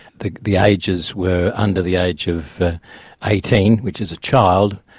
the the ages were under the age of eighteen, which is a child,